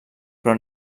però